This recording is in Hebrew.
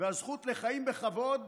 והזכות לחיים בכבוד.